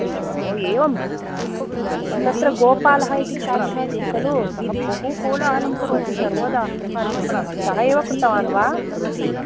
अय्यो एवं तत्र गोपालः इति छात्र अस्ति खलु सः बहु कोलाहलं करोति सर्वदा सः एव कृतवान् वा